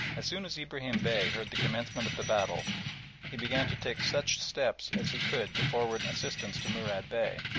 as soon as ibrahim bey heard the commencement of the battle he began to take such steps as he could to forward assistance to murad bey,